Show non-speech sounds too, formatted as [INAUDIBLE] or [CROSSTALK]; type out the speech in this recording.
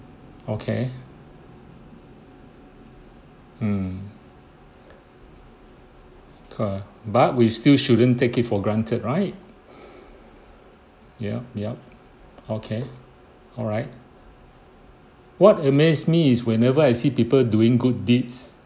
okay mm [NOISE] car but we still shouldn’t take it for granted right [BREATH] yup yup okay alright what amaze me is whenever I see people doing good deeds